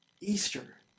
Easter